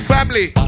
Family